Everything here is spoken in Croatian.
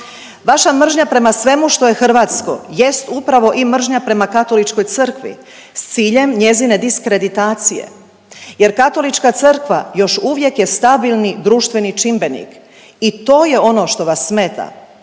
Vaša mržnja prema svemu što je hrvatsko jest upravo i mržnja prema katoličkoj crkvi s ciljem njezine diskreditacije, jer katolička crkva još uvijek je stabilni društveni čimbenik i to je ono što vas smeta.